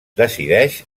decideix